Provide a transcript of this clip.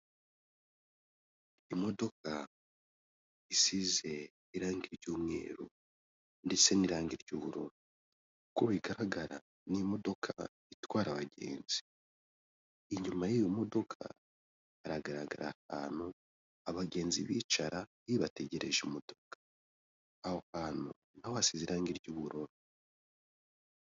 Imodoka isize irangi ry'umweru ndetse n'irangi ry'ubururu. Uko bigaragara ni imodoka itwara abagenzi, inyuma y'iyo modoka haragaragara ahantu abagenzi bicara, iyo bategereje imodoka. Aho hantu na ho hasize irangi ry'ubururu.